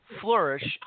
flourish